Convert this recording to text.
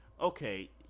Okay